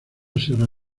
sierra